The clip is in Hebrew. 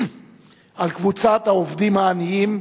קבוצת העובדים העניים,